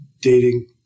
dating